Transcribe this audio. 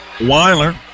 Weiler